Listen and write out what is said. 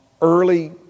early